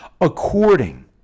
according